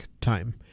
time